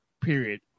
period